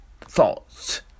thoughts